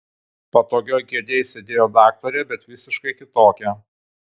patogioj kėdėj sėdėjo daktarė bet visiškai kitokia